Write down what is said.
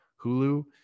hulu